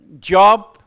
job